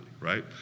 right